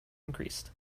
increased